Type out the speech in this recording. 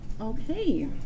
Okay